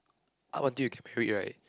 up until you get married right